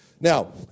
Now